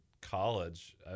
college